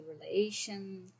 relation